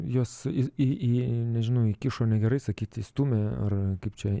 jos į į nežinau įkišo negerai sakyti įstumė ar kaip čia